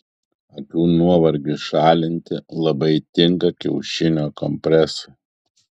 akių nuovargiui šalinti labai tinka kiaušinio kompresai